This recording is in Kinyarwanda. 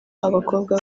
abakobwa